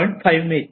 5 मिळतील